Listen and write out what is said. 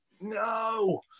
no